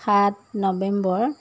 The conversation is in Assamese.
সাত নৱেম্বৰ